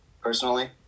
personally